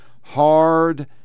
Hard